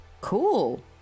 Cool